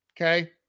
Okay